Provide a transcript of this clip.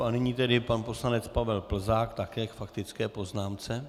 A nyní tedy pan poslanec Pavel Plzák, také k faktické poznámce.